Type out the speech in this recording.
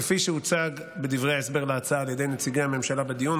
כפי שהוצג בדברי ההסבר להצעה על ידי נציגי הממשלה בדיון,